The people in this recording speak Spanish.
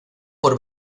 por